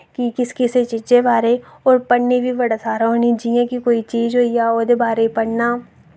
कि किस किसे चीजे बारे और पढ़ने बी बड़ा सारा होना जि'यां कि कोई चीज होइया ओह्दे बारे पढ़ना